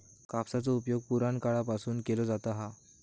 कापसाचो उपयोग पुराणकाळापासून केलो जाता हा